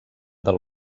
del